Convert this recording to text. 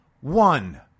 one